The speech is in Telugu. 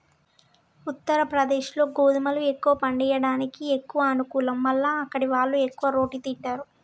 ఉత్తరప్రదేశ్లో గోధుమలు ఎక్కువ పండియడానికి ఎక్కువ అనుకూలం మల్ల అక్కడివాళ్లు ఎక్కువ రోటి తింటారు